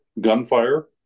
gunfire